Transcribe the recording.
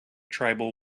tribal